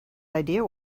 idea